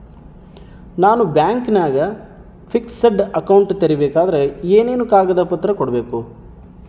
ನಾನು ಬ್ಯಾಂಕಿನಾಗ fixed account ತೆರಿಬೇಕಾದರೆ ಏನೇನು ಕಾಗದ ಪತ್ರ ಕೊಡ್ಬೇಕು?